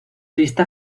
vista